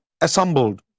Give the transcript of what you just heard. assembled